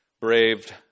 braved